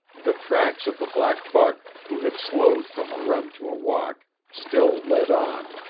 the tracks of the black buck, who had slowed from a run to a walk, still led on.